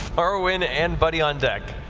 farriwen, and buddy on deck.